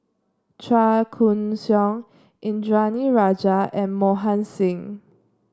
Chua Koon Siong Indranee Rajah and Mohan Singh